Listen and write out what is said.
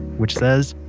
which says.